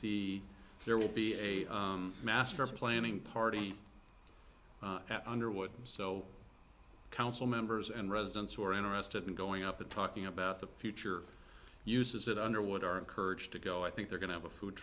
seven there will be a master planning party under what so council members and residents who are interested in going up and talking about the future uses that underwood are encouraged to go i think they're going to have a food